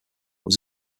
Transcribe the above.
was